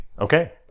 Okay